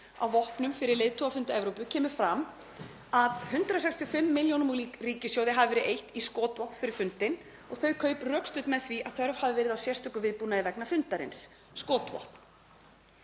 á vopnum fyrir leiðtogafund Evrópuráðsins kemur fram að 165 milljónum úr ríkissjóði hafi verið eytt í skotvopn fyrir fundinn og þau kaup rökstudd með því að þörf hafi verið á sérstökum viðbúnaði vegna fundarins. Skotvopn.